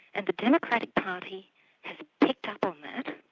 and the democratic party has picked up on that,